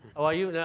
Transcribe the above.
are you. and